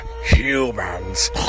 humans